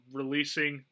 releasing